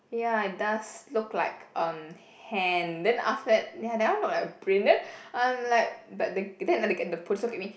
ya it does look like on hand then after that then ya that one look a brain then I'm like but the then I look at the police the police look at me